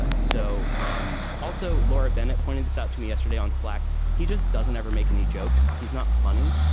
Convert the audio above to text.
so um also, laura bennett pointed this out to me yesterday on slack. he just doesn't ever make any jokes. he's not funny.